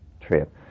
trip